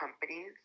companies